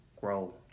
grow